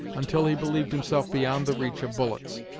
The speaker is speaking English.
until he believed himself beyond the reach of bullets.